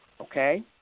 okay